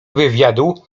wywiadu